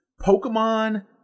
Pokemon